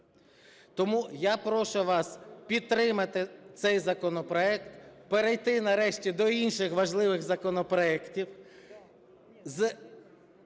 Тому я прошу вас підтримати цей законопроект, перейти, нарешті, до інших важливих законопроектів